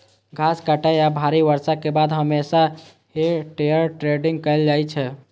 घास काटै या भारी बर्षा के बाद हमेशा हे टेडर टेडिंग कैल जाइ छै